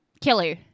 Killer